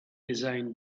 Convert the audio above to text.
designed